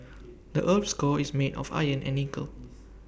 the Earth's core is made of iron and nickel